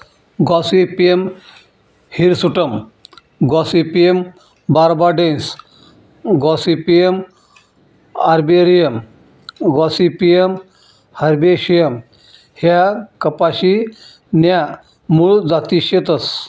Gossypium hirsutum gossypium barbadense gossypium arboreum gossypium herbaceum ह्या कपाशी न्या मूळ जाती शेतस